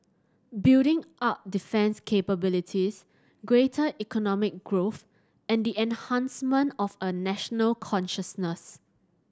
building up defence capabilities greater economic growth and the enhancement of a national consciousness